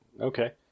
Okay